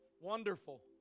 wonderful